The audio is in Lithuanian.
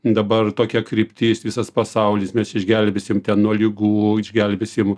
dabar tokia kryptis visas pasaulis nes išgelbėsim nuo ligų išgelbėsim